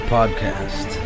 Podcast